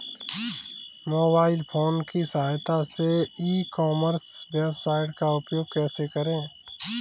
Mobile phone की सहायता से ई कॉमर्स वेबसाइट का उपयोग कैसे करें?